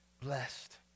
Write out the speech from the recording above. blessed